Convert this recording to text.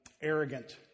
arrogant